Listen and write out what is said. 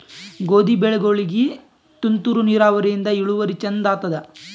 ಗೋಧಿ ಬೆಳಿಗೋಳಿಗಿ ತುಂತೂರು ನಿರಾವರಿಯಿಂದ ಇಳುವರಿ ಚಂದ ಆತ್ತಾದ?